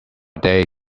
day